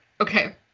Okay